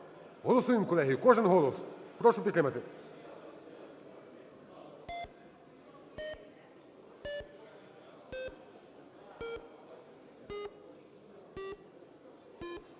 Голосуємо, колеги. Кожен голос. Прошу підтримати.